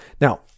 Now